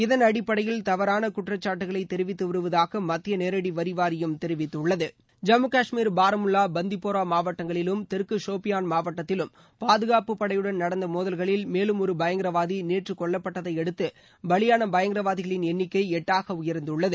இதன் அடிப்படையில் தவறான குற்றச்சாட்டுக்களை தெரிவித்து வருவதாக மத்திய நேரடி வரி வாரியம் தெரிவித்துள்ளது ஜம்மு கஷ்மீர் பாராமுல்லா பந்திபோரா மாவட்டங்களிலும் தெற்கு ஷோப்பியான் மாவட்டத்திலும் பாதுகாப்பு படையுடன் நடந்த மோதல்களில் மேலும் ஒரு பயங்கரவாதி நேற்று கொல்லப்பட்டதை அடுத்து பலியான பயங்கரவாதிகளின் எண்ணிக்கை எட்டாக உயர்ந்துள்ளது